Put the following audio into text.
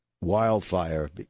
wildfire